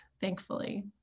thankfully